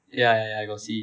ya ya ya I got see